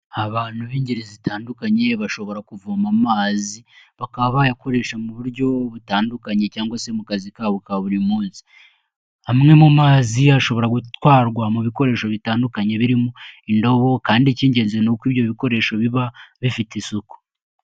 Abantu b'ingeri zitandukanye bashobora kuvoma amazi bakaba bayakoresha mu buryo butandukanye cyangwa se mu kazi kabo ka buri munsi, amwe mu mazi ashobora gutwarwa mu bikoresho bitandukanye birimo indobo, kandi icy'ingenzi ni uko ibyo bikoresho biba bifite isuku.